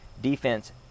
defense